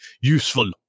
useful